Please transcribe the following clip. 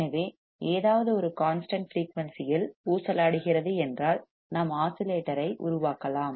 எனவே ஏதாவது ஒரு கான்ஸ்டன்ட் ஃபிரீயூன்சி இல் ஊசலாடுகிறது என்றால் நாம் ஆஸிலேட்டரை உருவாக்கலாம்